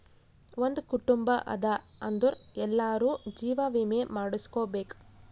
ಒಂದ್ ಕುಟುಂಬ ಅದಾ ಅಂದುರ್ ಎಲ್ಲಾರೂ ಜೀವ ವಿಮೆ ಮಾಡುಸ್ಕೊಬೇಕ್